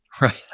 Right